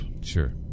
Sure